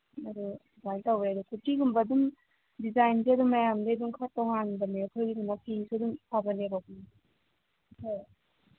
ꯑꯗꯨ ꯁꯨꯃꯥꯏ ꯇꯧꯋꯦ ꯑꯗꯣ ꯀꯨꯔꯇꯤꯒꯨꯝꯕ ꯑꯗꯨꯝ ꯗꯤꯖꯥꯏꯟꯁꯦ ꯑꯗꯨꯝ ꯃꯌꯥꯝꯗꯩ ꯑꯗꯨꯝ ꯈꯔ ꯇꯣꯉꯥꯟꯕꯅꯦ ꯑꯩꯈꯣꯏꯒꯤꯗꯨꯅ ꯐꯤꯁꯨ ꯑꯗꯨꯝ ꯑꯐꯕꯅꯦꯕ ꯎꯝ ꯍꯣꯏ